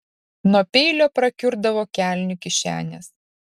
nuo peilio prakiurdavo kelnių kišenės